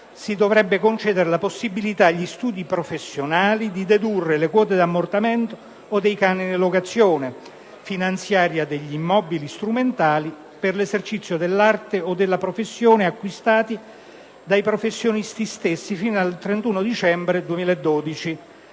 si dovrebbe concedere la possibilità agli studi professionali di dedurre le quote di ammortamento o dei canoni di locazione, finanziare gli immobili strumentali per l'esercizio dell'arte o della professione acquistati dai professionisti stessi fino al 31 dicembre 2012.